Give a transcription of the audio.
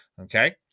okay